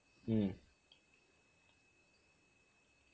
mm